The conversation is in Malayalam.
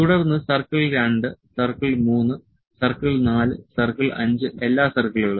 തുടർന്ന് സർക്കിൾ 2 സർക്കിൾ 3 സർക്കിൾ 4 സർക്കിൾ 5 എല്ലാ സർക്കിളുകളും